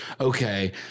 okay